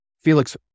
Felix